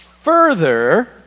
Further